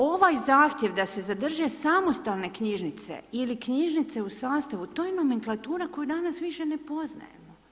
Ovaj zahtjev da se zadrže samostalne knjižnice ili knjižnice u sastavu, to je nomenklatura koju danas više ne poznajemo.